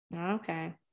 Okay